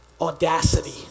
Audacity